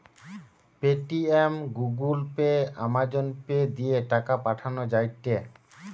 Paytm, Google Pay, Amazon Pay দিয়ে টাকা পাঠান যায়টে